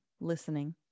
listening